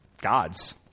God's